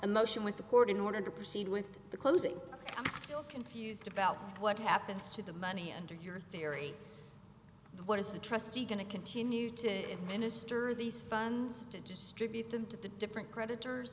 a motion with the court in order to proceed with the closing confused about what happens to the money and or your theory what is the trustee going to continue to administer these funds to distribute them to the different creditors